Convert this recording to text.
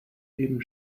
eben